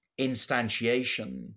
instantiation